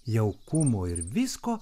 jaukumo ir visko